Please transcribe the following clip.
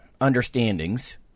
understandings